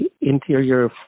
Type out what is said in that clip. interior